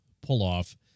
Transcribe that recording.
pull-off